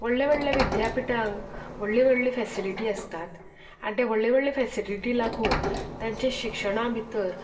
व्हडल्या व्हडल्या विद्यापीठांनी व्हडली व्हडली फॅसिलिटी आसतात आनी ते व्हडले व्हडले फॅसिलिटी लागून तांचें शिक्षणा भितर